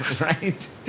Right